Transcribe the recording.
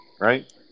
right